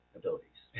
abilities